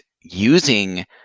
using